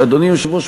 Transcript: שאדוני היושב-ראש,